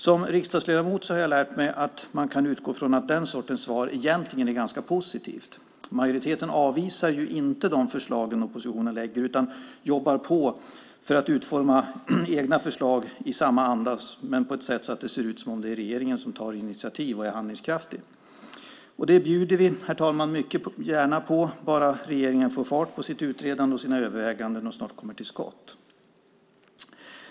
Som riksdagsledamot har jag lärt mig utgå ifrån att den sortens svar egentligen är ganska positivt. Majoriteten avvisar ju inte de förslag som oppositionen lägger fram utan jobbar på för att utforma egna förslag i samma anda på ett sätt så att det ser ut som om det är regeringen som tar initiativ och är handlingskraftig. Det bjuder vi, herr talman, mycket gärna på, bara regeringen får fart på sitt utredande och sina överväganden och snart kommer till skott!